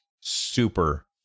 super